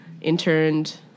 interned